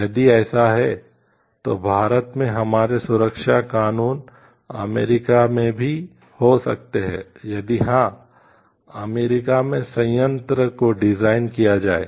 यदि ऐसा है तो भारत में हमारे सुरक्षा कानून अमेरिका में भी हो सकते हैं यदि हां अमेरिका में संयंत्र को डिजाइन किया जाए